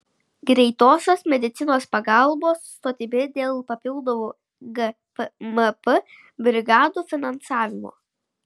greitosios medicinos pagalbos stotimi dėl papildomų gmp brigadų finansavimo